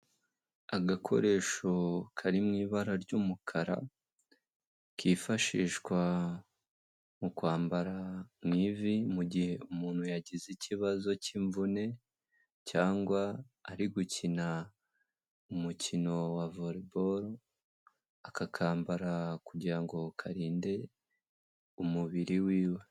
Agakoresho kari mu ibara ry'umukara, kifashishwa mu kwambara mu ivi mu gihe umuntu yagize ikibazo cy'imvune cyangwa ari gukina umukino wa volleyball, akakambara kugira ngo karinde umubiri wiwe.